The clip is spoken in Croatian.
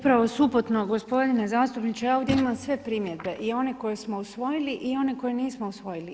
Upravo suprotno gospodine zastupniče, ja ovdje imam sve primjedbe i one koje smo usvojili i one koje nismo usvojili.